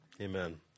Amen